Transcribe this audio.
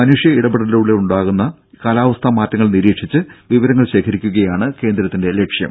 മനുഷ്യ ഇടപെടലിലൂടെ ഉണ്ടാകുന്ന കാലാവസ്ഥാ മാറ്റങ്ങൾ നിരീക്ഷിച്ച് വിവരങ്ങൾ ശേഖരിക്കുകയാണ് കേന്ദ്രത്തിന്റെ ലക്ഷ്യം